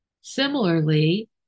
similarly